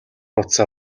утсаа